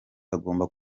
bagomba